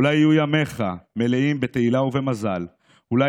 / אולי יהיו ימיך מלאים בתהילה ובמזל / אולי